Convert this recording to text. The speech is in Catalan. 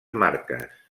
marques